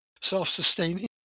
self-sustaining